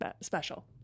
special